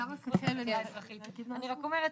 אני רק אומרת,